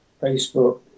Facebook